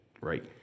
Right